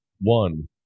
One